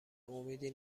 امیدی